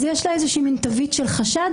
אז יש לזה איזושהי תווית של חשד.